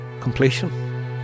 completion